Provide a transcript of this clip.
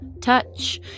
Touch